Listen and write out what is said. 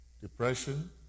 Depression